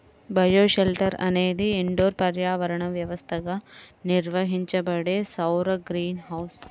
bioshelter అనేది indoor పర్యావరణ వ్యవస్థగా నిర్వహించబడే సౌర గ్రీన్ హౌస్